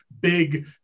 big